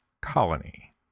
Colony